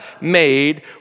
made